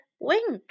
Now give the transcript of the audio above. Wink